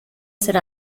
ser